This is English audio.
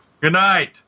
Goodnight